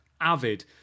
avid